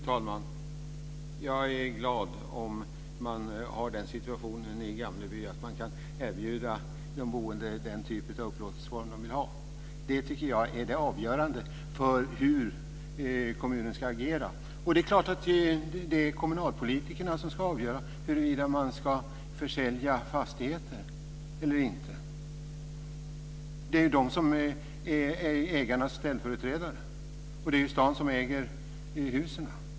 Fru talman! Jag är glad om man i Gamleby kan erbjuda de boende den upplåtelseform de vill ha. Det är avgörande för hur kommunen ska agera. Det är klart att kommunalpolitikerna ska avgöra huruvida man ska sälja fastigheter. De är ägarnas ställföreträdare. Det är staden som äger husen.